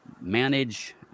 manage